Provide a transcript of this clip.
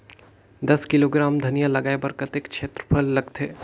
दस किलोग्राम धनिया लगाय बर कतेक क्षेत्रफल लगथे?